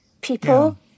people